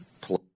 play